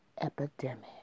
epidemic